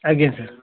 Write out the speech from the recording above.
ଆଜ୍ଞା ସାର୍